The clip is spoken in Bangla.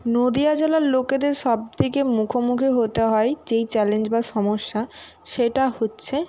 নদীয়া জেলার লোকেদের সব থেকে মুখোমুখি হতে হয় যেই চ্যালেঞ্জ বা সমস্যা সেটা হচ্ছে